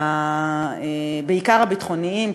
בעיקר הביטחוניים,